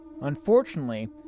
Unfortunately